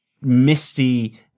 misty